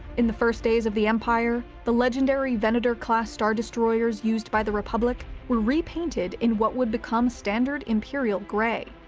in the first days of the empire, the legendary venator class star destroyers used by the republic were repainted in what would become standard imperial grey,